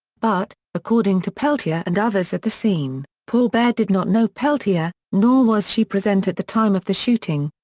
but, according to peltier and others at the scene, poor bear did not know peltier, nor was she present at the time of the shooting.